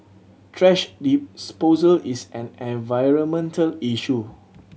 thrash disposal is an environmental issue